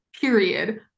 period